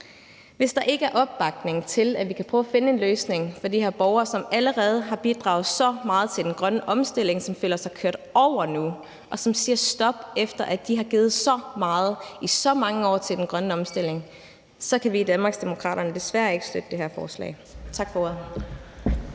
Hvis der ikke er opbakning til, at vi kan prøve at finde en løsning for de her borgere, som allerede har bidraget så meget til den grønne omstilling, som føler sig kørt over nu, og som siger stop, efter at de har givet så meget i så mange år til den grønne omstilling, så kan vi i Danmarksdemokraterne desværre ikke støtte det her forslag. Tak for ordet.